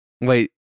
Wait